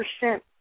percent